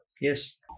Yes